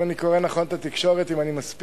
אם אני קורא נכון את התקשורת, אם אני מספיק,